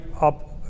up